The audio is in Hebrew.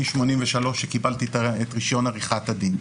מ-83' כשקיבלתי את רישיון עריכת הדין.